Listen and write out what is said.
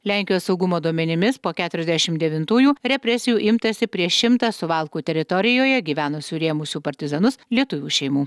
lenkijos saugumo duomenimis po keturiasdešim devintųjų represijų imtasi prieš šimtą suvalkų teritorijoje gyvenusių rėmusių partizanus lietuvių šeimų